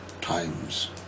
times